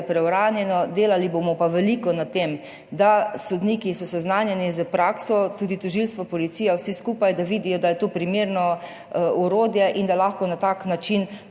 preuranjeno, delali bomo pa veliko na tem, da so sodniki seznanjeni s prakso, tudi tožilstvo, policija, vsi skupaj, da vidijo, da je to primerno orodje in da lahko na tak način